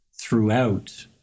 throughout